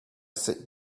sit